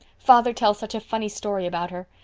father tells such a funny story about her.